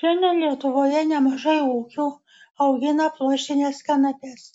šiandien lietuvoje nemažai ūkių augina pluoštines kanapes